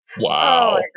wow